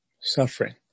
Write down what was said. suffering